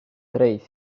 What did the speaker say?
três